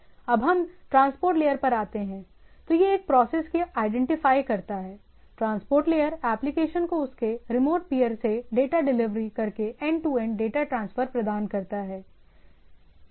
अब हम transport layer पर आते हैं यह एक प्रोसेस को आईडेंटिफाई करता है ट्रांसपोर्ट लेयर एप्लिकेशन को उसके रिमोट पीयर से डेटा डिलीवर करके end to end data transfer प्रदान करता है